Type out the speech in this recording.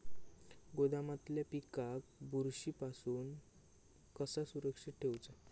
गोदामातल्या पिकाक बुरशी पासून कसा सुरक्षित ठेऊचा?